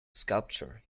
sculpture